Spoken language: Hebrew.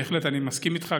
אני בהחלט מסכים איתך,